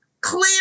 clear